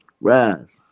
Rise